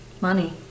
money